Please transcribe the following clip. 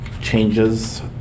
changes